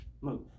Move